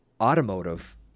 automotive